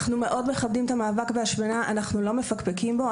אנחנו מאוד מכבדים את המאבק בהשמנה ולא מפקפקים בו.